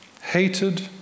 hated